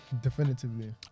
definitively